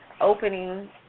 opening